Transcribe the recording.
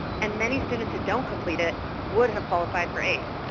and many students who don't complete it would have qualified for aid.